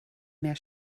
mehr